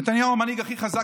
נתניהו המנהיג הכי חזק.